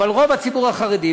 אבל רוב הציבור החרדי,